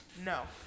no